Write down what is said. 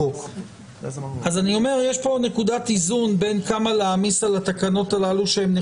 ולכתוב בחוק שזה התפקיד של הנאמן זה